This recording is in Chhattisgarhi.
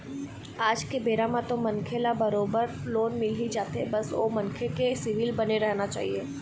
आज के बेरा म तो मनखे मन ल बरोबर लोन मिलही जाथे बस ओ मनखे के सिविल बने रहना चाही